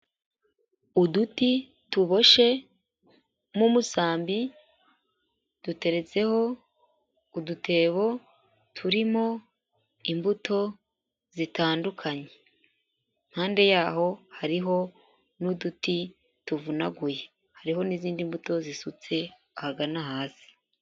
Uduti tuboshye mu musambi duteretseho udutebo turimo imbuto zitandukanye, impande yaho hariho n'uduti tuvunaguye, hariho n'izindi mbuto zisutse ahagana hasi.